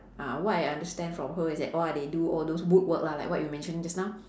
uh what I understand from her is that !wah! they do all those wood work lah like what you mentioned just now